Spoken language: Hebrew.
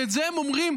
ואת זה הם אומרים,